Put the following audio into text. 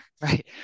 right